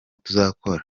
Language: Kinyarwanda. tuzakora